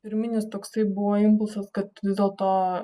pirminis toksai buvo impulsas kad vis dėlto